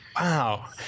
wow